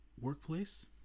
workplace